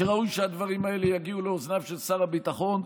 שראוי שהדברים האלו יגיעו לאוזניו של שר הביטחון,